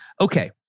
Okay